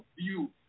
view